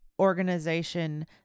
Organization